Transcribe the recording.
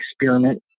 experiment